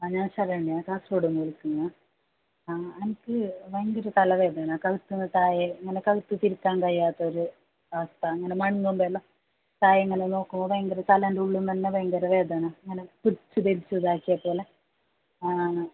ആ ഞാൻ ശരണ്യ കാസർഗോഡ് നിന്ന് വിളിക്കുന്നു ആ എനിക്ക് ഭയങ്കര തലവേദന കഴുത്തിന് താഴെ കഴുത്ത് തിരിക്കാൻ കഴിയാത്തൊരു അവസ്ഥ ഇങ്ങനെ മണങ്ങുംബെല്ലം താഴെ ഇങ്ങനെ നോക്കുമ്പോൾ ഭയങ്കര തലൻ്റെ ഉള്ളിൽ നിന്നെല്ലാം ഭയങ്കര വേദന ഇങ്ങനെ പിടിച്ചു വലിച്ചു ഇതാക്കിയ പോലെ ആണ്